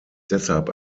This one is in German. deshalb